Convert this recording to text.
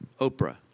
Oprah